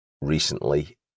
recently